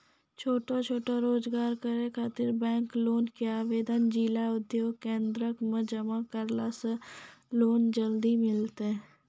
छोटो छोटो रोजगार करै ख़ातिर बैंक लोन के आवेदन जिला उद्योग केन्द्रऽक मे जमा करला से लोन जल्दी मिलतै?